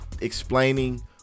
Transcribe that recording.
explaining